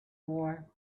war